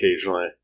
occasionally